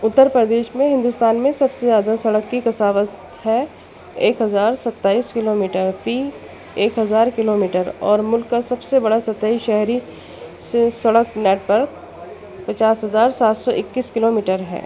اُتّر پردیش میں ہندوستان میں سب سے زیادہ سڑک کی کثابست ہے ایک ہزار ستائس کلو میٹر فی ایک ہزار کلو میٹر اور ملک کا سب سے بڑا سطحی شہری سڑک نیٹ ورک پچاس ہزار سات سو اکیس کلو میٹر ہے